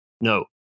No